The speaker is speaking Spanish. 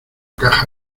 caja